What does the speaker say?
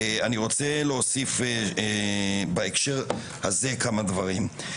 אני רוצה להוסיף, בהקשר הזה, כמה דברים.